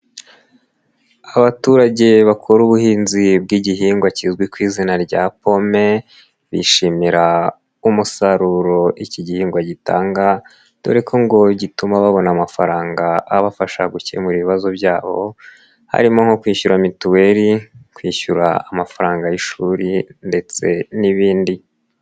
Abaturage bakora ubuhinzi bw'igihingwa kizwi ku izina rya pome, bishimira umusaruro iki gihingwa gitanga dore ko ngo gituma babona amafaranga abafasha gukemura ibibazo byabo harimo nko kwishyura mituweli, kwishyura amafaranga y'ishuri ndetse n'ibindi.